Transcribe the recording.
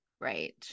right